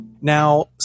Now